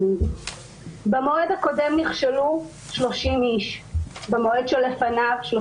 במועד הקודם נכשלו 30 איש, במועד שלפניו 32,